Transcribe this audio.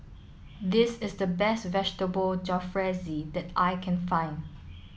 this is the best Vegetable Jalfrezi that I can find